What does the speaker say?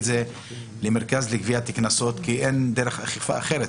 זה למרכז לגביית קנסות כי אין דרך אכיפה אחרת,